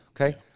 okay